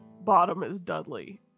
bottom-is-Dudley